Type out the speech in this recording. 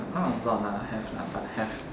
not a lot lah have lah but have